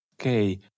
Okay